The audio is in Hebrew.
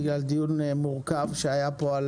בגלל דיון מורכב שהיה פה על